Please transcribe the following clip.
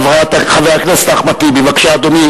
חבר הכנסת אחמד טיבי, בבקשה, אדוני.